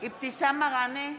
אבתיסאם מראענה,